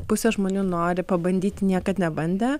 pusė žmonių nori pabandyti niekad nebandę